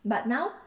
but now